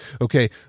Okay